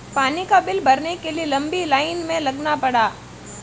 पानी का बिल भरने के लिए लंबी लाईन में लगना पड़ा